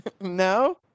No